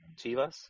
Chivas